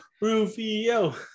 rufio